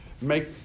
make